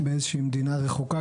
באיזושהי מדינה רחוקה,